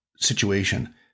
Situation